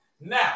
Now